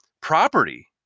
property